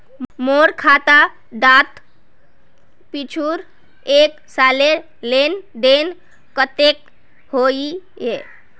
मोर खाता डात पिछुर एक सालेर लेन देन कतेक होइए?